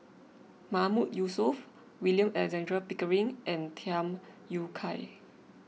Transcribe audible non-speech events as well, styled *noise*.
*noise* Mahmood Yusof William Alexander Pickering and Tham Yui Kai